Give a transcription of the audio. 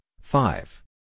five